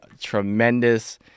tremendous